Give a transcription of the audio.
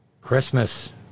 Christmas